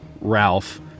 Ralph